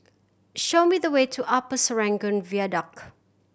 show me the way to Upper Serangoon Viaduct